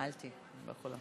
יחיא.